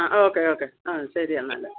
ആ okay okay ആ ശരി എന്നാൽ